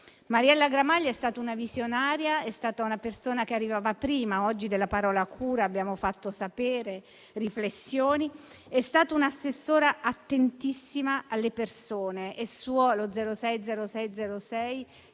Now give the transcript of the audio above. Mariella Gramaglia è stata una visionaria. È stata una persona che arrivava prima. Oggi della parola cura abbiamo fatto sapere e riflessioni. È stata un assessore attentissimo alle persone. È suo il numero 060606,